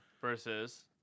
Versus